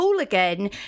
again